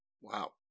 Wow